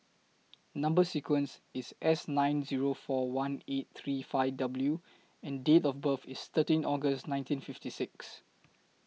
Number sequence IS S nine Zero four one eight three five W and Date of birth IS thirteen August nineteen fifty six